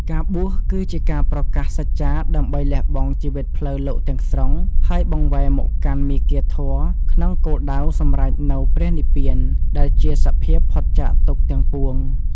ការបួសគឺជាការប្រកាសសច្ចាដើម្បីលះបង់ជីវិតផ្លូវលោកទាំងស្រុង ហើយបង្វែរមកកាន់មាគ៌ាធម៌ ក្នុងគោលដៅសម្រេចនូវ ព្រះនិព្វាន ដែលជាសភាពផុតចាកទុក្ខទាំងពួង។